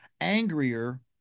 angrier